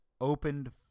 opened